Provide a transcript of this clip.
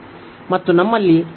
ಮತ್ತು ನಮ್ಮಲ್ಲಿ ಇದೆ